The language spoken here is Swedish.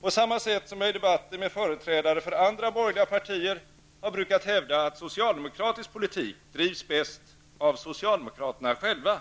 På samma sätt som jag i debatter med företrädare för andra borgerliga partier har brukat hävda att socialdemokratisk politik drivs bäst av socialdemokraterna själva,